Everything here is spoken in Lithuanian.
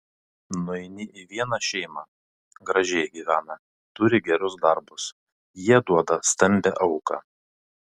nueini į vieną šeimą gražiai gyvena turi gerus darbus jie duoda stambią auką